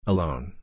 Alone